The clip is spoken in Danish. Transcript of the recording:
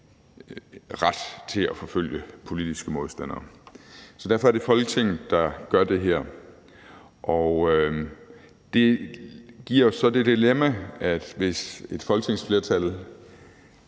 ret til at forfølge politiske modstandere. Derfor er det Folketinget, der gør det her. Det giver så det dilemma, at hvis et folketingsflertal